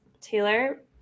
Taylor